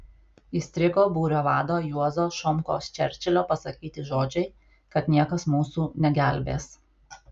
įstrigo būrio vado juozo šomkos čerčilio pasakyti žodžiai kad niekas mūsų negelbės